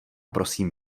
prosím